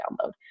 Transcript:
download